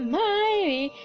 mighty